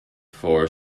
for